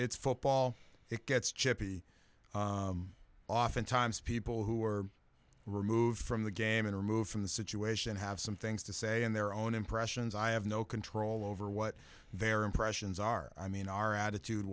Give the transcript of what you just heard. it's football it gets chippy oftentimes people who are removed from the game and removed from the situation have some things to say in their own impressions i have no control over what their impressions are i mean our attitude